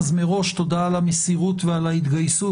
אז מראש תודה על המסירות ועל ההתגייסות,